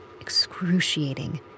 excruciating